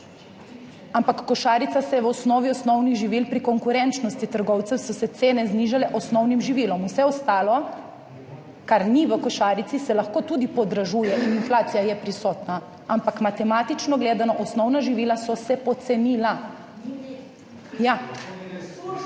Ampak košarica se je v osnovi osnovnih živil, pri konkurenčnosti trgovcev so se cene znižale osnovnim živilom. Vse ostalo, kar ni v košarici, se lahko tudi podraži in inflacija je prisotna. Ampak matematično gledano, osnovna živila so se pocenila